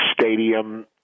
stadium